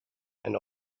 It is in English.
and